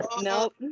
Nope